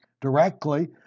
directly